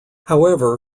however